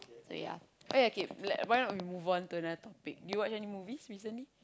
ya oh ya okay why not we move on to another topic did you watch any movies recently